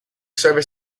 service